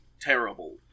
terrible